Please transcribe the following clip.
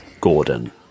Gordon